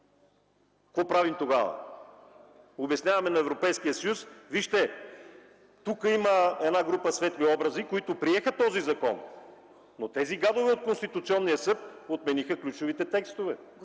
Какво правим тогава? Обясняваме на Европейския съюз – вижте, тук има една група светли образи, които приеха този закон, но тези гадове от Конституционния съд отмениха ключовите текстове.